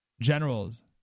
generals